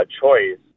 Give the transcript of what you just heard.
choice